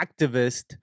activist